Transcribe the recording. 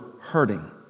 hurting